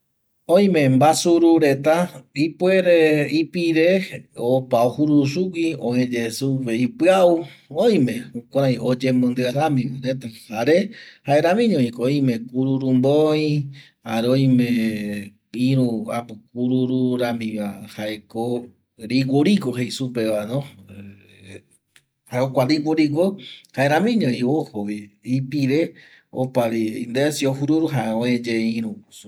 Oime mbasuru reta ipuere ipire opa ojururu sugui öeye supe ipiau oime jukurai oyemondia rami oureta jare jaeramiñoviko oime kururu mboi jare oime apo kururu ramiva jaeko riguoriguo jei supevano eh jae jokua riguoriguo jaeramiñovi opavi ipire indesi jare ojururu jare oeye iru jokope